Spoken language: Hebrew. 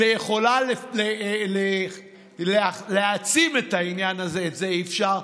ויכולה להעצים את העניין הזה, את זה אי-אפשר.